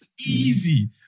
Easy